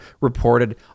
Reported